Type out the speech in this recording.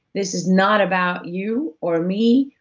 this is not about you or me,